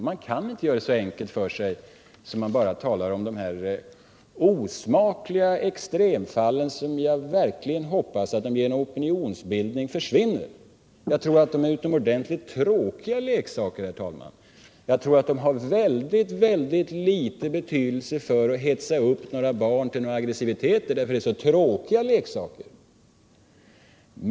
Man kan inte göra det så enkelt för sig att man bara talar om de osmakliga extremfallen, som jag verkligen hoppas genom en opinionsbildning skall försvinna. Jag tror att dessa leksaker är utomordentligt tråkiga och att de just därför är av mycket liten betydelse när det gäller att hetsa barn till aggressivitet.